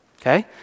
okay